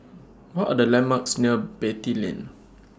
What Are The landmarks near Beatty Lane